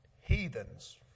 heathens